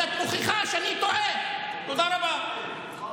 חבר הכנסת טיבי, לסיום, בבקשה.